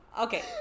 Okay